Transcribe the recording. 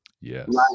Yes